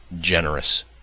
generous